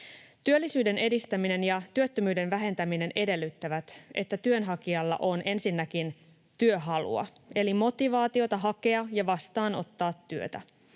Työllisyyden edistäminen ja työttömyyden vähentäminen edellyttävät, että työnhakijalla on ensinnäkin työhalua eli motivaatiota hakea ja vastaanottaa työtä